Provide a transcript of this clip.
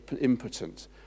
impotent